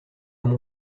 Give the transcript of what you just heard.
mon